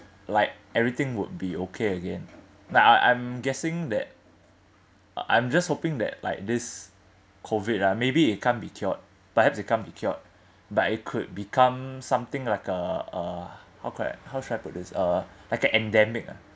like everything would be okay again like I I'm guessing that uh I'm just hoping that like this COVID ah maybe it can't be cured perhaps it can't be cured but it could become something like a a how could I how should I put this uh like an endemic ah